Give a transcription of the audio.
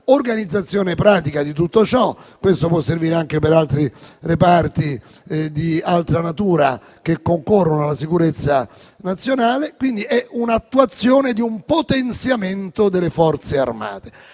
l'organizzazione pratica di tutto ciò, e questo può servire anche per altri reparti di altra natura che concorrono alla sicurezza nazionale. Quindi, è un'attuazione di un potenziamento delle Forze armate